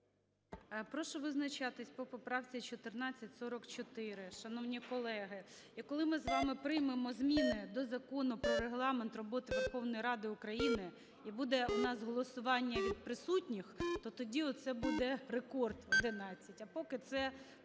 Прошу визначатись по поправці 1444, шановні колеги. І коли ми з вами приймемо зміни до Закону про Регламент роботи Верховної Ради України, і буде у нас голосування від присутніх, то тоді оце буде рекорд – 11. А поки це